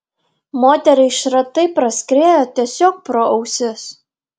moteriai šratai praskriejo tiesiog pro ausis